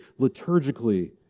liturgically